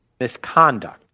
misconduct